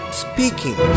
speaking